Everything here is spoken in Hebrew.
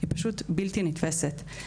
היא פשוט בלתי נתפסת,